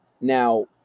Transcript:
Now